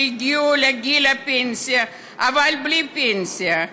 שהגיעו לגיל הפנסיה אבל בלי פנסיה.